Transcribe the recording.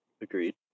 Agreed